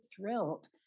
thrilled